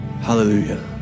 hallelujah